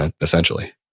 essentially